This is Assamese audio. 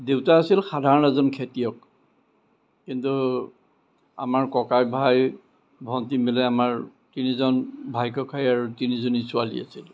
দেউতা আছিল সাধাৰণ এজন খেতিয়ক কিন্তু আমাৰ ককাই ভাই ভণ্টী মিলাই আমাৰ তিনিজন ভাই ককাই আৰু তিনিজনী ছোৱালী আছিল